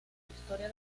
historia